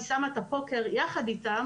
אני שמה את הפוקר יחד איתם